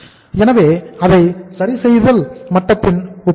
எனவே அதை சரி செய்தல் மட்டத்துடன் ஒப்பிடுவோம்